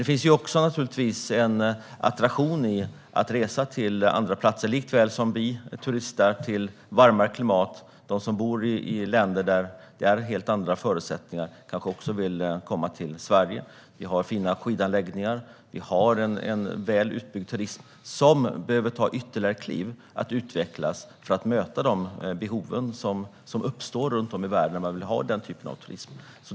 Det finns en attraktion i att resa till andra platser precis som vi vill turista i varmare klimat. De som bor i länder med helt andra förutsättningar kanske vill komma till Sverige. Här finns fina skidanläggningar och en väl utbyggd turism som behöver ta ytterligare kliv för att utvecklas - detta för att möta de behov som uppstår runt om i världen om man vill ha den typen av turism.